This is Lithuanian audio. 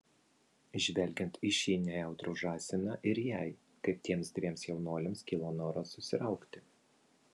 žvelgiant į šį nejautrų žąsiną ir jai kaip tiems dviem jaunuoliams kilo noras susiraukti